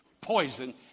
poison